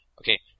Okay